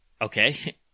Okay